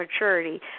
maturity